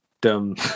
dumb